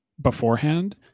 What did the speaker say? beforehand